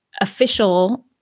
official